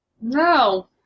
No